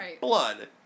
blood